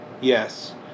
yes